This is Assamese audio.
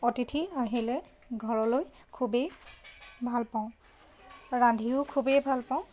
অতিথি আহিলে ঘৰলৈ খুবেই ভাল পাওঁ ৰান্ধিও খুবেই ভাল পাওঁ